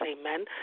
amen